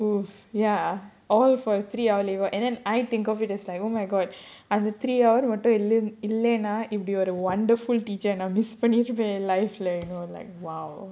oo ya all for three hour lay over and then I think of it as like oh my god அந்த:andha three hour மட்டும் இல்லனா:mattum illanaa wonderful teacher miss பண்ணிருப்பேன்:panniruppaen life leh you know like !wow!